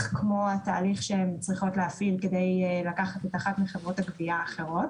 כמו התהליך שהן צריכות להפעיל כדי לקחת את אחת מחברות הגבייה האחרות.